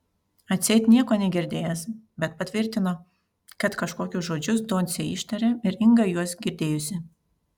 atseit nieko negirdėjęs bet patvirtino kad kažkokius žodžius doncė ištarė ir inga juos girdėjusi